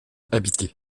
habité